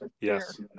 yes